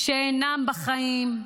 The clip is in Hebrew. שאינם בחיים,